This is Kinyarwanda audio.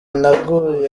naguye